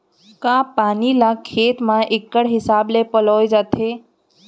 का पानी ला खेत म इक्कड़ हिसाब से पलोय जाथे?